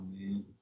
man